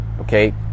okay